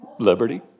Liberty